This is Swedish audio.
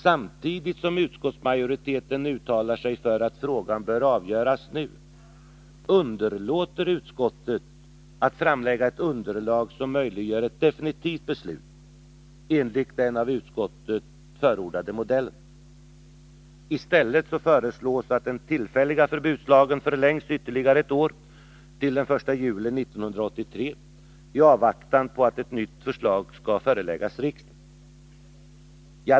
Samtidigt som utskottsmajoriteten uttalar sig för att frågan bör avgöras nu, underlåter utskottet att framlägga ett underlag som möjliggör ett definitivt beslut enligt den av utskottet förordade modellen. I stället föreslås att den tillfälliga förbudslagen förlängs ytterligare ett år till den 1 juli 1983, i avvaktan på att ett nytt förslag skall föreläggas riksdagen.